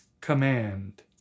command